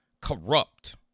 corrupt